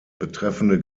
betreffende